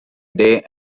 day